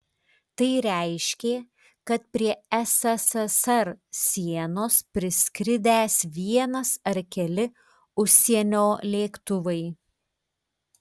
tai reiškė kad prie sssr sienos priskridęs vienas ar keli užsienio lėktuvai